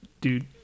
dude